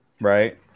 Right